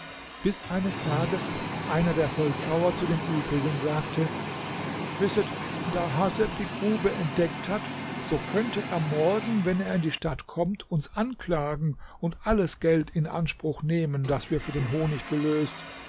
bis eines tages einer der holzhauer zu den übrigen sagte wisset da haseb die grube entdeckt hat so könnte er morgen wenn er in die stadt kommt uns anklagen und alles geld in anspruch nehmen das wir für den honig gelöst